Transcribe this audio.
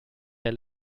der